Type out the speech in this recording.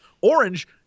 orange